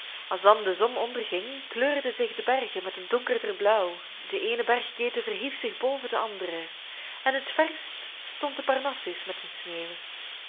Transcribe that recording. als dan de zon onderging kleurden zich de bergen met een donkerder blauw de eene bergketen verhief zich boven de andere en het verst stond de parnassus met zijn sneeuw